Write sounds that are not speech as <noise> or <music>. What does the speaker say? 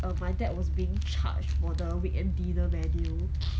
um my dad was being charged for the weekend dinner menu <breath>